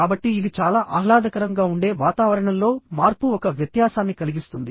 కాబట్టి ఇది చాలా ఆహ్లాదకరం గా ఉండే వాతావరణంలో మార్పు ఒక వ్యత్యాసాన్ని కలిగిస్తుంది